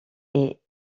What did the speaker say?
est